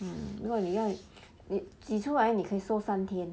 如果你你挤出来你可以收三天